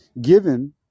given